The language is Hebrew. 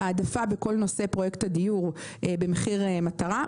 העדפה בכל נושא פרויקט הדיור במחיר מטרה,